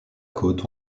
côte